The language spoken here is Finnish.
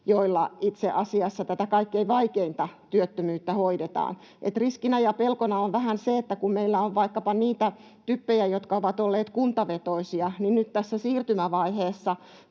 joilla itse asiassa tätä kaikkein vaikeinta työttömyyttä hoidetaan. Riskinä ja pelkona on vähän se, että kun meillä on vaikkapa niitä TYPejä, jotka ovat olleet kuntavetoisia, niin nyt tässä siirtymävaiheessa